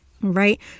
right